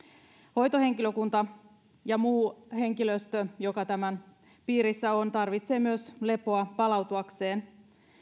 hoitohenkilökunta ja muu henkilöstö joka tämän piirissä on tarvitsee myös lepoa palautuakseen